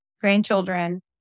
grandchildren